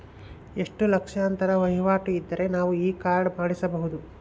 ಎಷ್ಟು ಲಕ್ಷಾಂತರ ವಹಿವಾಟು ಇದ್ದರೆ ನಾವು ಈ ಕಾರ್ಡ್ ಮಾಡಿಸಬಹುದು?